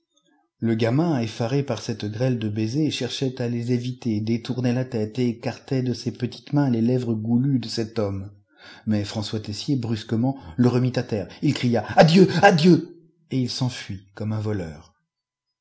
le gamin effaré par cette grêle de baisers cherchait à les éviter détournait la tête écartait de ses petites mains les lèvres goulues de cet homme mais françois tessier brusquement le remit à terre il cria adieu adieu et il s'enfuit comme un voleur